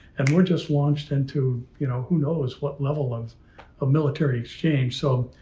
and we're just launched into, you know, who knows what level of ah military exchange. so,